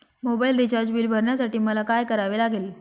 Mobile recharge bill भरण्यासाठी मला काय करावे लागेल?